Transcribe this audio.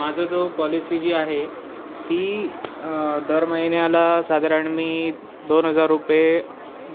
माझं जो पॉलिसी जी आहे ती दर महिन्याला साधारण मी दोन हजार रुपये